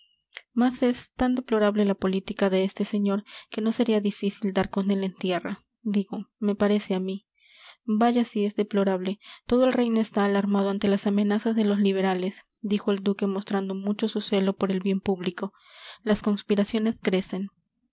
mas es tan deplorable la política de este señor que no sería difícil dar con él en tierra digo me parece a mí vaya si es deplorable todo el reino está alarmado ante las amenazas de los liberales dijo el duque mostrando mucho su celo por el bien público las conspiraciones crecen